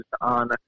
on